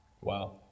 Wow